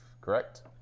correct